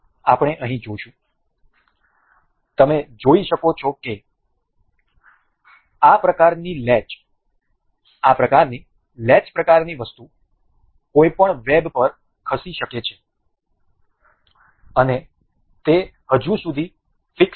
આપણે અહીં જોશું તમે જોઈ શકો છો કે આ પ્રકારની લેચ પ્રકારની વસ્તુ કોઈપણ વેબ પર ખસી શકે છે અને તે હજી સુધી ફિક્સ નથી